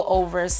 over